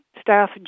staff